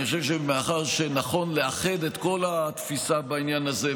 אני חושב שמאחר שנכון לאחד את כל התפיסה בעניין הזה,